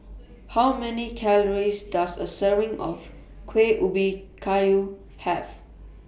How Many Calories Does A Serving of Kueh Ubi Kayu Have